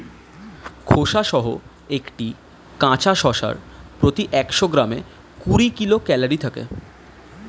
খোসাসহ একটি কাঁচা শসার প্রতি একশো গ্রামে কুড়ি কিলো ক্যালরি থাকে